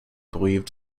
believed